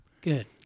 Good